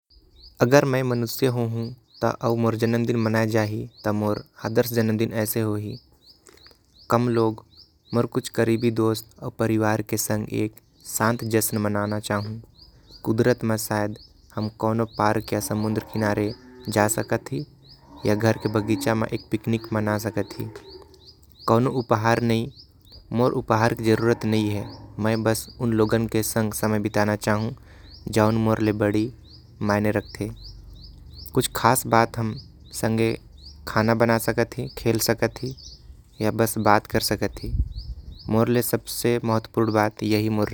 अगर मैं मनुष्य हाेहू त आऊ मोर जन्मदिन बनैल जाहि। त मोर आदर्श जन्मदिन ऐसे होही कम लोग करीबी दोस्त आऊ। परिवार के संग एक शांत जस्न बनाना चाहु कुदरत म शायद। हम कोनो पार्क या समुद्र के किनारे जा सकत ही या घर के बगीचा म। एक पिकनिक बना सकत ही कोनो उपहार नई मोर उपहार के जरूरत है। मैं बस उन लोगन के संग समय बिताना चाहु जॉन मोर ले बड़े मायने रखते। कुछ खास बात हम संगे खाना बना सकत ही खेल सकत। ही य बात कर सकत ही मोर ले सबसे महत्व पुण बात यही मोर।